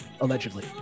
allegedly